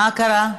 מה קרה?